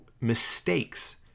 mistakes